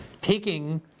taking